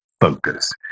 focus